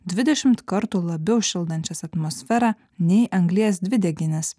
dvidešimt kartų labiau šildančias atmosferą nei anglies dvideginis